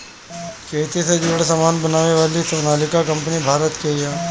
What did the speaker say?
खेती से जुड़ल सामान बनावे वाली सोनालिका कंपनी भारत के हिय